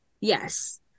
Yes